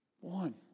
One